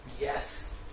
yes